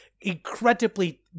incredibly